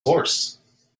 horse